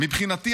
"מבחינתי,